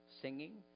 singing